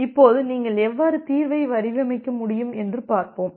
இப்போது நீங்கள் எவ்வாறு தீர்வை வடிவமைக்க முடியும் என்று பார்ப்போம்